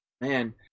Man